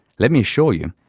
let me assure you,